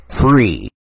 free